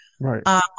Right